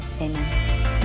amen